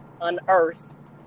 Unearthed